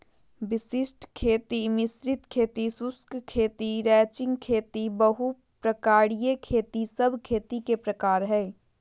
वशिष्ट खेती, मिश्रित खेती, शुष्क खेती, रैचिंग खेती, बहु प्रकारिय खेती सब खेती के प्रकार हय